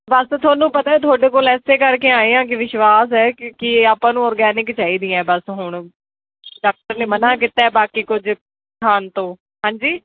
ਬਸ ਤੁਹਾਨੂੰ ਪਤਾ ਹੈ ਤੁਹਾਡੇ ਕੋਲ ਇਸੇ ਕਰਕੇ ਆਏ ਹਾਂ ਕਿ ਵਿਸ਼ਵਾਸ ਹੈ ਕੀ ਕੀ ਆਪਾਂ ਨੂੰ ਔਰਗੈਨਿਕ ਚਾਹੀਦੀਆਂ ਬਸ ਹੁਣ ਡਾਕਟਰ ਨੇ ਮਨ੍ਹਾ ਕੀਤਾ ਬਾਕੀ ਕੁਝ ਖਾਣ ਤੋਂ ਹੈਂਜੀ